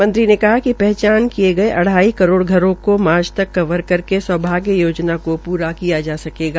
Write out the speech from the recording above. मंत्री ने कहा कि पहचान किये गये अढ़ाई करोड़ घरों को मार्च तक कवर करके सौभाग्य योजना को पुरा किया जा जायेगा